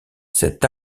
cet